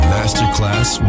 Masterclass